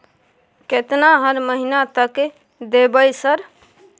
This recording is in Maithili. केतना हर महीना तक देबय सर?